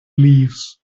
leaves